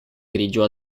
grigio